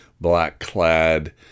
black-clad